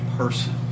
person